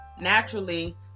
naturally